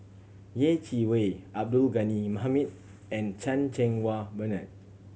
Yeh Chi Wei Abdul Ghani Hamid and Chan Cheng Wah Bernard